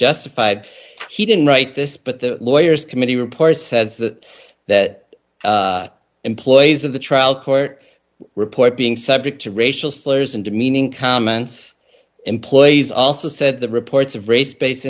justified he didn't write this but the lawyers committee report says that that employees of the trial court report being subject to racial slurs and demeaning comments employees also said the reports of race